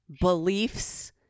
beliefs